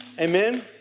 Amen